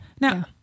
Now